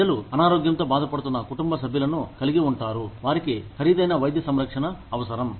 ప్రజలు అనారోగ్యంతో బాధపడుతున్న కుటుంబ సభ్యులను కలిగి ఉంటారు వారికి ఖరీదైన వైద్య సంరక్షణ అవసరం